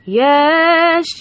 yes